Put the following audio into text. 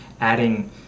adding